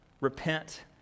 repent